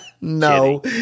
No